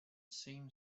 seemed